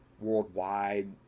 worldwide